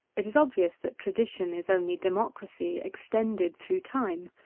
it is obvious that tradition is only democracy extended through time.